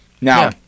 now